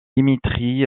dimitri